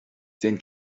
déan